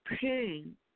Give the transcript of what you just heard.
pain